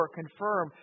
confirm